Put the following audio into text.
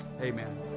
Amen